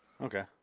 Okay